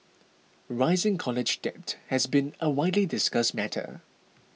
rising college debt has been a widely discussed matter